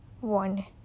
one